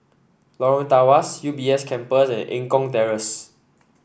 Lorong Tawas U B S Campus and Eng Kong Terrace